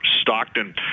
stockton